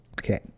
Okay